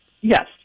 Yes